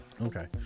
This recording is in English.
Okay